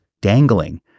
dangling